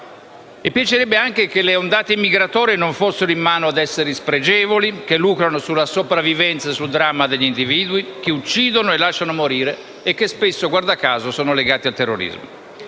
Ci piacerebbe anche che le ondate migratorie non fossero in mano ad esseri spregevoli, che lucrano sulla sopravvivenza e sul dramma degli individui, che uccidono e lasciano morire e che spesso, guarda caso, sono legate al terrorismo.